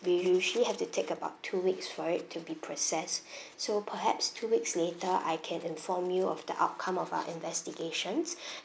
we usually have to take about two weeks for it to be processed so perhaps two weeks later I can inform you of the outcome of our investigations